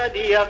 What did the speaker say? ah the